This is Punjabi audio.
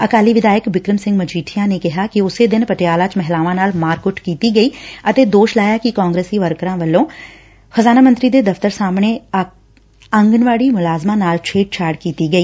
ਅਕਾਲੀ ਵਿਧਾਇਕ ਬਿਕਰਮ ਸਿੰਘ ਮਜੀਠਿਆ ਨੇ ਕਿਹਾ ਕਿ ਉਸੇ ਦਿਨ ਪਟਿਆਲਾ ਚ ਮਹਿਲਾਵਾਂ ਨਾਲ ਮਾਰ ਕੁੱਟ ਕੀਤੀ ਗਈ ਅਤੇ ਦੋਸ਼ ਲਾਇਆ ਕਿ ਕਾਂਗਰਸੀ ਵਰਕਰਾਂ ਵੱਲੋਂ ਖਜ਼ਾਨਾ ਮੰਤਰੀ ਦੇ ਦਫ਼ਤਰ ਸਾਹਮਣੇ ਆਂਗਣਵਾੜੀ ਮੁਲਾਜ਼ਮਾਂ ਨਾਲ ਛੇੜਛਾੜ ਕੀਤੀ ਗਈ